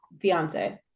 fiance